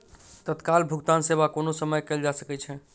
तत्काल भुगतान सेवा कोनो समय कयल जा सकै छै